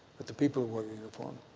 but the people who wore the uniform.